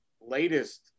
latest